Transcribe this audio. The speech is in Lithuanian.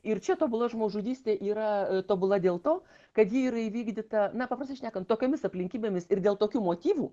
ir čia tobula žmogžudystė yra tobula dėl to kad ji yra įvykdyta na paprastai šnekant tokiomis aplinkybėmis ir dėl tokių motyvų